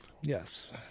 Yes